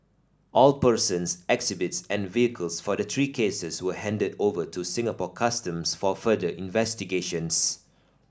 all persons exhibits and vehicles for the three cases were handed over to Singapore Customs for further investigations